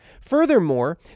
Furthermore